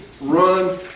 run